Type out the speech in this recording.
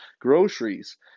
groceries